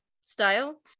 style